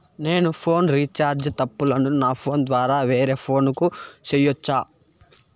నేను phone recharge తప్పులను నా ఫోను ద్వారా వేరే ఫోను కు సేయొచ్చా?